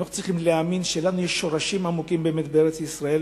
אנחנו צריכים להאמין שלנו יש שורשים עמוקים בארץ-ישראל,